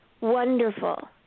wonderful